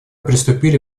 приступили